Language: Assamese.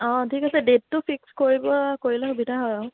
ঠিক আছে ডেটটো ফিক্স কৰিব কৰি ল'লে সুবিধা হয় আৰু